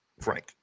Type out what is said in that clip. frank